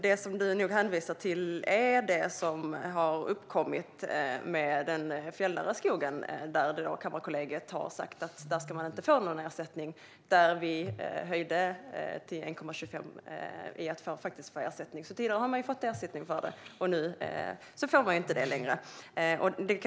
Det som du nog hänvisar till är det som har uppkommit med den fjällnära skogen. Kammarkollegiet har sagt att där ska man inte få någon ersättning. Vi höjde ersättningen till 1,25 gånger värdet. Tidigare har man alltså fått ersättning, men nu får man inte det längre.